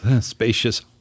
spacious